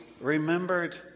remembered